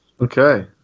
okay